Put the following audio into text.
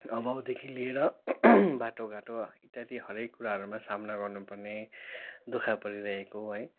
अभावदेखि लिएर बाटो घाटो इत्यादि हरेक कुराहरूमा सामना गर्नुपर्ने दु ख परिरहेको है